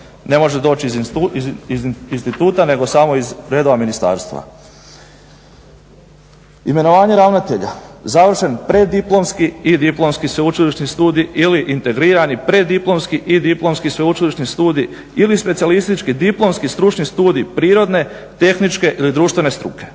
ne može doći iz instituta nego samo iz redova ministarstva. Imenovanje ravnatelja, završen preddiplomski i diplomski sveučilišni studij ili integrirani preddiplomski i diplomski sveučilišni studij ili specijalistički diplomski stručni studij prirodne, tehničke ili društvene struke,